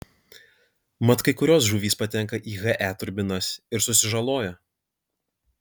mat kai kurios žuvys patenka į he turbinas ir susižaloja